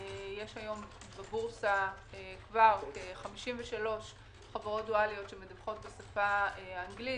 יש היום בבורסה כבר כ-53 חברות דואליות שמדווחות בשפה האנגלית.